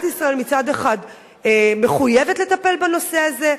ישראל מצד אחד מחויבת לטפל בנושא הזה,